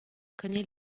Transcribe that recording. connaît